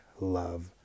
love